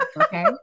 Okay